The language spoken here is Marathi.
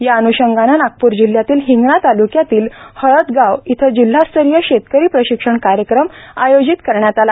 या अनुषंगाने नागपूर जिल्ह्यातील हिंगणा तालुक्यातील हळदगाव इथं जिल्हास्तरीय शेतकरी प्रशिक्षण कार्यक्रम आयोजित करण्यात आला